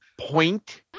point